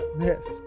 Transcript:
Yes